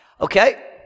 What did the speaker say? Okay